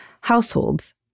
Households